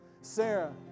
Sarah